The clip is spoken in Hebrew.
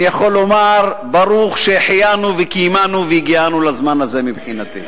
אני יכול לומר: ברוך שהחיינו וקיימנו והגיענו לזמן הזה מבחינתי,